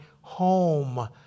home